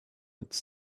its